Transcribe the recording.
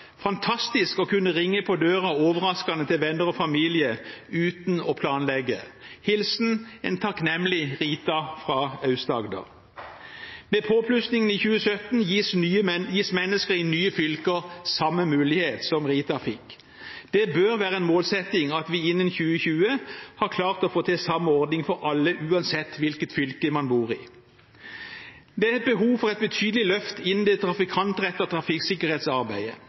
Fantastisk å kunne ringe på døren overraskende til venner og familie uten å måtte planlegge. Hilsen en takknemlig Rita fra Aust-Agder.» Med påplussingen i 2017 gis mennesker i nye fylker samme mulighet som Rita fikk. Det bør være en målsetting at vi innen 2020 har klart å få til samme ordning for alle, uansett hvilket fylke man bor i. Det er behov for et betydelig løft innenfor det trafikantrettede trafikksikkerhetsarbeidet.